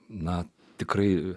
na tikrai